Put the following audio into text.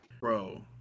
bro